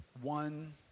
One